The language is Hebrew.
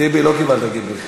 טיבי, לא קיבלת גיבוי.